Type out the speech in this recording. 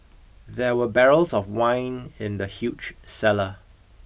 there were barrels of wine in the huge cellar